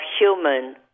human